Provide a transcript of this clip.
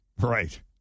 Right